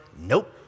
nope